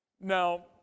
Now